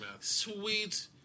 Sweet